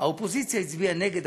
האופוזיציה הצביעה נגד,